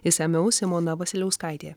išsamiau simona vasiliauskaitė